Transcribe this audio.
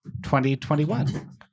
2021